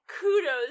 kudos